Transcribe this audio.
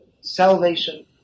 salvation